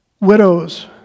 Widows